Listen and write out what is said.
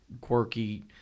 quirky